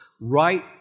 Right